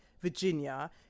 Virginia